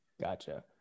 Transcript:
Gotcha